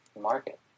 market